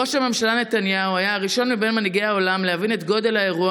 ראש הממשלה נתניהו היה הראשון מבין מנהיגי העולם שהבין את גודל האירוע